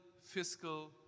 fiscal